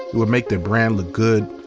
it would make their brand look good,